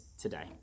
today